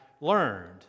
learned